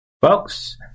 folks